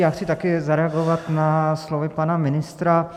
Já chci také zareagovat na slova pana ministra.